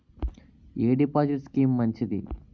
ఎ deposit scheme మంచిది?